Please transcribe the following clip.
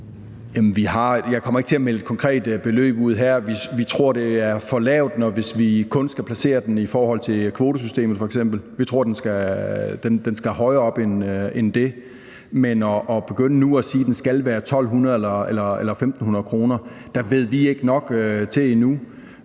Jeg kommer ikke til at melde konkrete beløb ud her. Vi tror f.eks., det er for lavt sat, hvis vi kun skal placere den i forhold til kvotesystemet – vi tror, den skal højere op end det. Men med hensyn til om den skal være på 1.200 eller 1.500 kr., så ved vi endnu